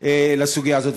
לסוגיה הזאת.